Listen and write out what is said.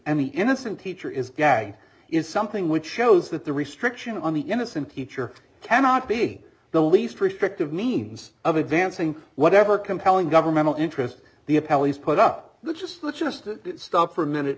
the innocent teacher is gagged is something which shows that the restriction on the innocent teacher cannot be the least restrictive means of advancing whatever compelling governmental interest the a pelleas put up the just let's just stop for a minute